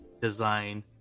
design